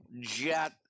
jet